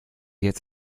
jetzt